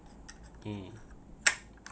mm